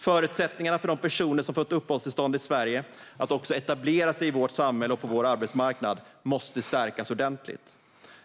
Förutsättningarna för de personer som har fått uppehållstillstånd i Sverige att etablera sig i vårt samhälle och på vår arbetsmarknad måste stärkas ordentligt.